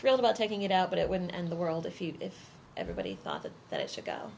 thrilled about taking it out but it wouldn't end the world if you if everybody thought that it should go